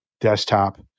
desktop